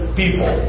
people